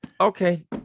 Okay